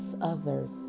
others